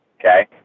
Okay